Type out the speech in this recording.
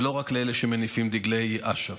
ולא רק לאלה שמניפים דגלי אש"ף.